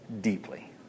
deeply